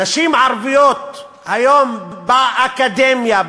נשים ערביות היום באקדמיה,